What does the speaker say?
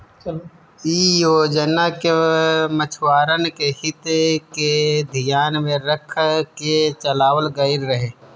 इ योजना के मछुआरन के हित के धियान में रख के चलावल गईल रहे